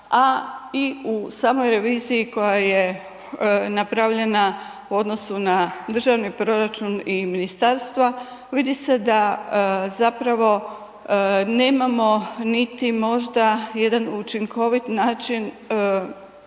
a i u samoj reviziji koja je napravljena u odnosu na državni proračun i ministarstva vidi se da zapravo nemamo niti možda niti jedan učinkovit način